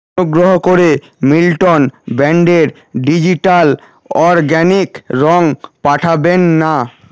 অনুগ্রহ করে মিল্টন ব্র্যান্ডের ডিজিটাল অরগ্যানিক রঙ পাঠাবেন না